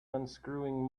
unscrewing